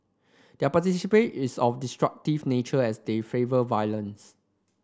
their is of destructive nature as they favour violence